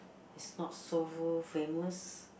is not so famous